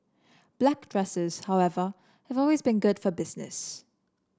black dresses however have always been good for business